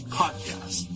podcast